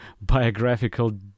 biographical